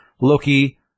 Loki